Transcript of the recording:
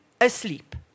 asleep